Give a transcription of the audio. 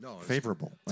favorable